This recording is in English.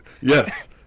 Yes